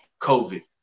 COVID